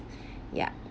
yep